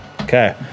Okay